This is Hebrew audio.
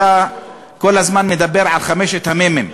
אתה כל הזמן מדבר על חמשת המ"מים,